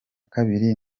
kabiri